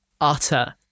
utter